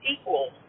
equal